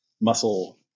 muscle